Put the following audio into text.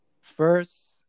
First